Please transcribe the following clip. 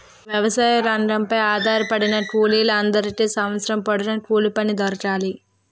వ్యవసాయ రంగంపై ఆధారపడిన కూలీల అందరికీ సంవత్సరం పొడుగున కూలిపని దొరకాలి